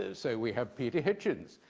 ah so we have peter hitchens